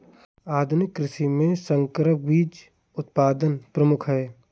आधुनिक कृषि में संकर बीज उत्पादन प्रमुख है